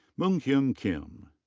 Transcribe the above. moonkyung kim.